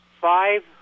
five